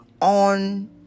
on